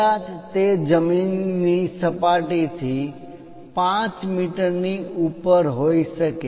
કદાચ તે જમીનની સપાટીથી 5 મીટરની ઉપર હોઈ શકે